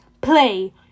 play